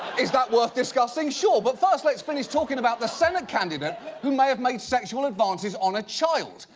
is that worth discussing? sure, but first let's finish talking about the senate candidate who may have made sexual advances on a child.